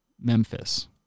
memphis